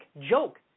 joke